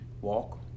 walk